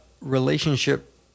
relationship